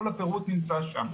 כל הפירוט נמצא שם.